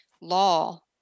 law